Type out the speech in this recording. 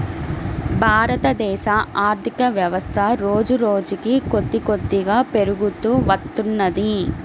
భారతదేశ ఆర్ధికవ్యవస్థ రోజురోజుకీ కొద్దికొద్దిగా పెరుగుతూ వత్తున్నది